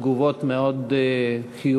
תגובות מאוד חיוביות